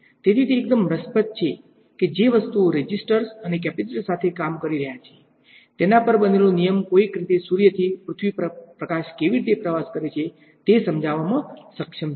તેથી તે એકદમ રસપ્રદ છે કે જે વસ્તુઓ રેઝિસ્ટર્સ અને કેપેસિટર્સ સાથે કામ કરી રહી છે તેના પર બનેલો નિયમ કોઈક રીતે સૂર્યથી પૃથ્વી પર પ્રકાશ કેવી રીતે પ્રવાસ કરે છે તે સમજાવવામાં સક્ષમ છે